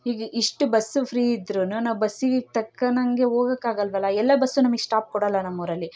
ಈಗ ಇಷ್ಟು bus free ಇದ್ದರೂನು ನಾವು ಬಸ್ಸಿಗೆ ತಕ್ಕನಂಗೆ ಹೋಗೋಕ್ ಆಗಲ್ಲವಲ್ಲ ಎಲ್ಲ ಬಸ್ಸು ನಮಗ್ ಸ್ಟಾಪ್ ಕೊಡೋಲ್ಲ ನಮ್ಮ ಊರಲ್ಲಿ